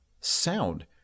sound